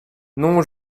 non